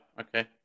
Okay